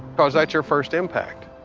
cause that's your first impact.